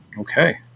Okay